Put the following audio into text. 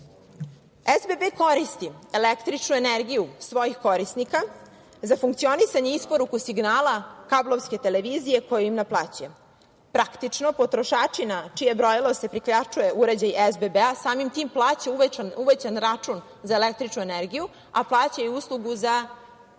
SBB koristi električnu energiju svojih korisnika za funkcionisanje i isporuku signala kablovske televizije, koju im naplaćuje. Praktično potrošači na čije brojilo se priključuje uređaj SBB sami tim plaća uvećan račun za električnu energiju, a plaća i uslugu za to što ima